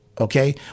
okay